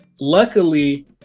Luckily